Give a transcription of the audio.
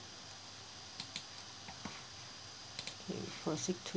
we proceed to